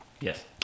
Yes